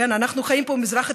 אנחנו חיים פה במזרח התיכון,